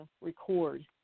record